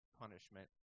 punishment